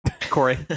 Corey